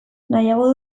nahiago